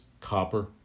copper